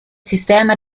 sistema